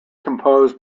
composed